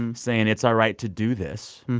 um saying, it's our right to do this.